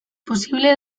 posible